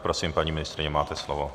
Prosím, paní ministryně, máte slovo.